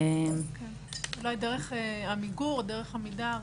אולי דרך עמיגור או דרך עמידר.